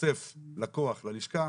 התווסף לקוח ללשכה,